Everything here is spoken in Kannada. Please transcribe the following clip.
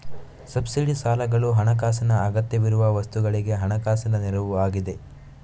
ಸಬ್ಸಿಡಿ ಸಾಲಗಳು ಹಣಕಾಸಿನ ಅಗತ್ಯವಿರುವ ವಸ್ತುಗಳಿಗೆ ಹಣಕಾಸಿನ ನೆರವು ಆಗಿದೆ